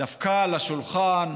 דפקה על השולחן,